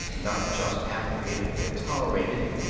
not just after it had been tolerated,